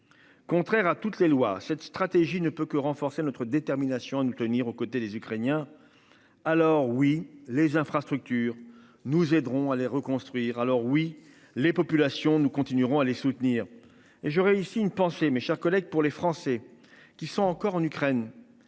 Contraire à toutes les lois. Cette stratégie ne peut que renforcer notre détermination à nous tenir aux côtés des Ukrainiens. Alors oui, les infrastructures nous aideront à les reconstruire. Alors oui, les populations, nous continuerons à les soutenir et j'réussis une pensée, mes chers collègues. Pour les Français qui sont encore en Ukraine.